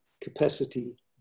capacity